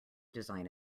design